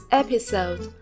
episode